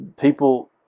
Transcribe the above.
people